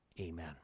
Amen